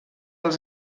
els